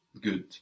Good